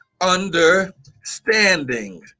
understanding